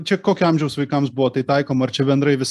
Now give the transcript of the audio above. čia kokio amžiaus vaikams buvo tai taikoma ar čia bendrai vis